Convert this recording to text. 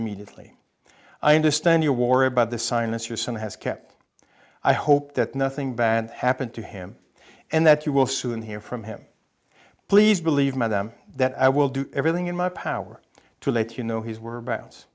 immediately i understand your war about the sinus your son has kept i hope that nothing bad happened to him and that you will soon hear from him please believe me them that i will do everything in my power to let you know his whereabouts